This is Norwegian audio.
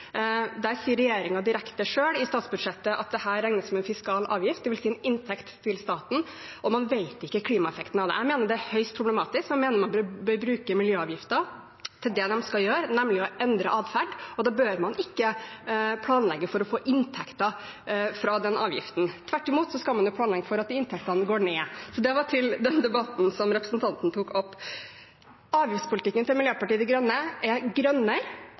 Der sier regjeringen direkte selv i statsbudsjettet at dette regnes som en fiskal avgift, dvs. en inntekt til staten, og man vet ikke klimaeffekten av det. Jeg mener det er høyst problematisk, jeg mener man bør bruke miljøavgifter til det de skal gjøre, nemlig å endre adferd, og da bør man ikke planlegge for å få inntekter fra den avgiften. Tvert imot skal man jo planlegge for at inntektene går ned. – Så det var til den debatten som representanten tok opp. Avgiftspolitikken til Miljøpartiet De Grønne er grønnere,